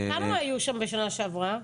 כמה היום שם בשנה שעברה?